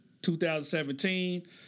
2017